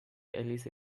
eliza